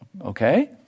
okay